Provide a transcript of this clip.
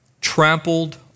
trampled